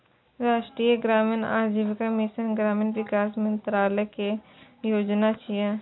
राष्ट्रीय ग्रामीण आजीविका मिशन ग्रामीण विकास मंत्रालय केर योजना छियै